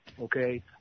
okay